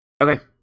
Okay